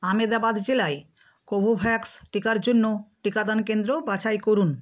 আমেদাবাদ জেলায় কোভোভ্যাক্স টিকার জন্য টিকাদান কেন্দ্র বাছাই করুন